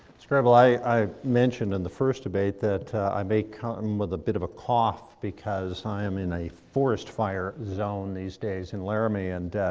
miss grey bull, i i mentioned in the first debate that i may come with a bit of a cough because i am in a forest fire zone these days in laramie. and